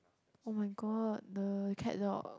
[oh]-my-god the cat dog